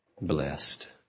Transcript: blessed